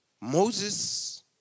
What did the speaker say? Moses